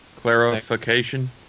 Clarification